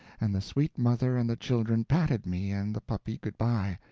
and the sweet mother and the children patted me and the puppy good-by,